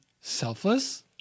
selfless